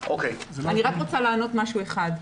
אני רק רוצה לענות על משהו אחד.